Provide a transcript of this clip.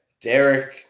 Derek